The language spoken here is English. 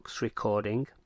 recording